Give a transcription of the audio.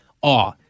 awe